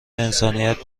انسانیت